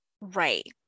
Right